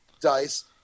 dice